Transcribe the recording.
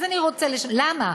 למה?